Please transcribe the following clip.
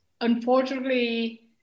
Unfortunately